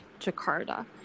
Jakarta